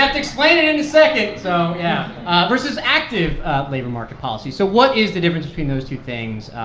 ah explain it in a second, so yeah versus active labor market policies. so what is the difference between those two things?